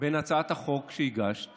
בין הצעת החוק שהגשת